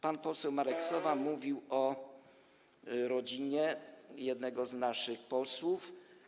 Pan poseł Marek Sowa mówił o rodzinie jednego z naszych posłów.